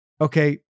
Okay